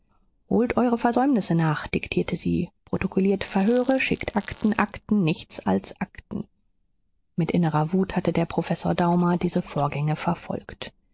holt eure versäumnisse nach diktierte sie protokolliert verhöre schickt akten akten nichts als akten mit innerer wut hatte der professor daumer diese vorgänge verfolgt